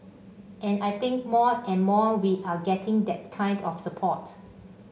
and I think more and more we are getting that kind of support